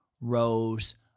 rose